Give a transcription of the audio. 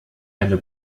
eine